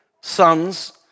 sons